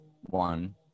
one